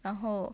然后